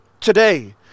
today